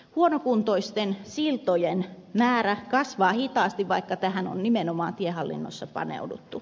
huonokuntoisten siltojen määrä kasvaa hitaasti vaikka tähän on nimenomaan tiehallinnossa paneuduttu